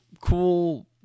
cool